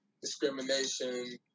discrimination